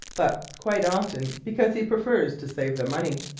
but quite often because he prefers to save the money.